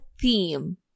theme